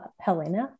Helena